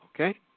Okay